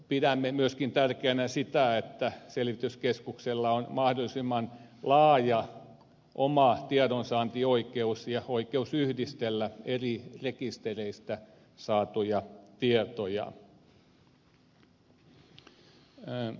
pidämme myöskin tärkeänä sitä että selvityskeskuksella on mahdollisimman laaja oma tiedonsaantioikeus ja oikeus yhdistellä eri rekistereistä saatuja tietoja